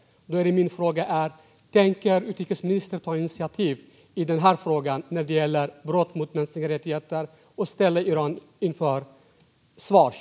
Då är min fråga: Tänker utrikesministern ta initiativ i denna fråga när det gäller brott mot mänskliga rättigheter och ställa Iran till svars?